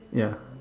ya